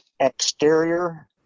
exterior